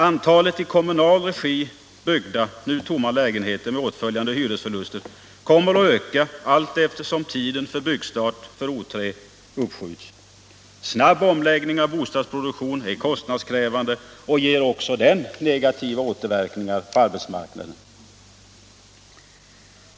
Antalet — tor kärnbränsle, i kommunal regi byggda nu tomma lägenheter med åtföljande hyres = m.m. förluster kommer att öka allteftersom tiden för byggstart för O 3 uppskjuts. Snabb omläggning av bostadsproduktion är kostnadskrävande och ger också den negativa återverkningar på arbetsmarknaden.